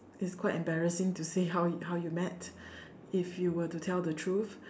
it's quite embarrassing to say how you how you met if you were to tell the truth